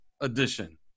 edition